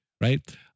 right